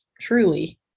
truly